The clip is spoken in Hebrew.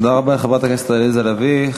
תודה רבה לחברת הכנסת עליזה לביא.